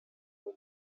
muri